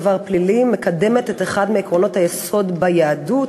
עבר פלילי) מקדמת את אחד מעקרונות היסוד ביהדות,